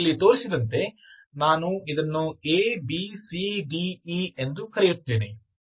ಇಲ್ಲಿ ತೋರಿಸಿದಂತೆ ಇದನ್ನು ನಾನು A B C D E ಎಂದು ಕರೆಯುತ್ತೇನೆ